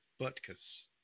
Butkus